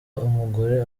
umugore